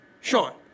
Sean